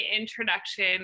introduction